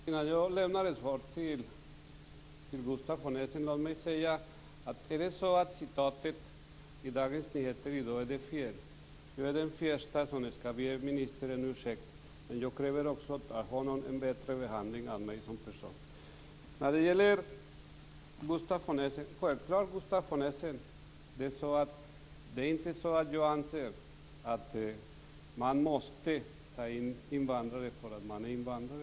Fru talman! Innan jag ger Gustaf von Essen ett svar vill jag säga följande. Om citatet vad gäller Dagens Nyheter av i dag är felaktigt är jag den förste att be ministern om ursäkt. Men jag kräver också av ministern en bättre behandling av mig som person. Självklart, Gustaf von Essen, anser jag inte att man måste ta in invandrare just därför att de är invandrare.